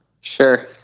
Sure